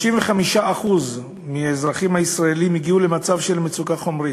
35% מהאזרחים הישראלים הגיעו למצב של מצוקה חומרית,